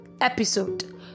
episode